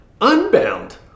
unbound